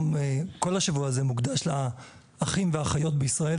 כל השבוע מוקדש לאחים ואחיות בישראל,